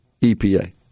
EPA